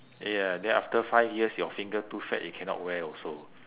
ya ya then after five years your finger too fat you cannot wear also